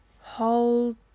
hold